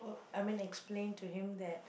I mean explain to him that